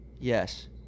Yes